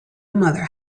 mother